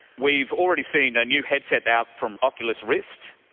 we've already seen a new headset out from oculus rift,